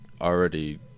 already